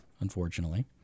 unfortunately